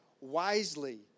wisely